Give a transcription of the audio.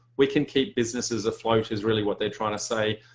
we can keep businesses afloat is really what they're trying to say.